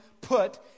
Put